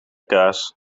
kaas